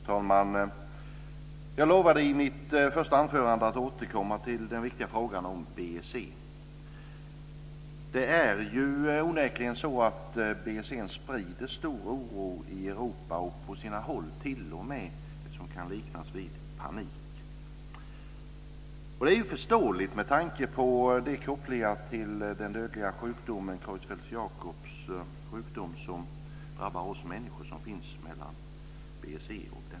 Fru talman! Jag lovade i mitt första anförande att återkomma till den viktiga frågan om BSE. Det är onekligen så att BSE sprider stor oro i Europa, på sina håll t.o.m. vad som kan liknas vid panik. Det är också förståeligt med tanke på de kopplingar som finns mellan BSE och den dödliga Creutzfeldt-Jakobs sjukdom, som drabbar oss människor.